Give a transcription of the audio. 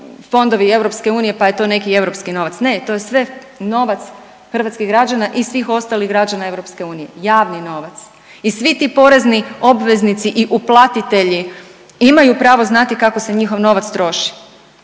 fondovi EU pa je to neki europski novac, ne to je sve novac hrvatskih građana i svih ostalih građana EU, javni novac i svi ti porezni obveznici i uplatitelji imaju pravo znati kako se njihov novac troši.